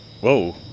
Whoa